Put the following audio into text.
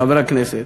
חבר הכנסת,